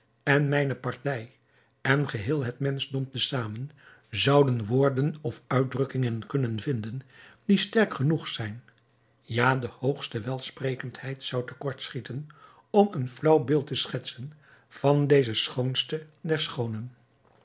en mijne partij en geheel het menschdom te zamen zouden woorden of uitdrukkingen kunnen vinden die sterk genoeg zijn ja de hoogste welsprekendheid zou te kort schieten om een flaauw beeld te schetsen van deze schoonste der schoonen